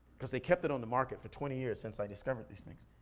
cause they kept it on the market for twenty years since i discovered these things.